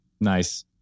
Nice